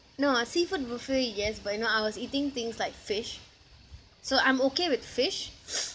no ah seafood buffet yes but you know I was eating things like fish so I'm okay with fish